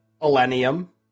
Millennium